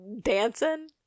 dancing